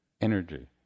energy